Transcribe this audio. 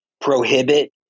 prohibit